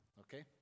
Okay